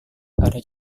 ada